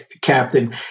captain